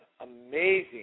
amazing